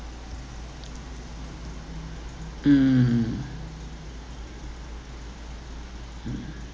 mm mm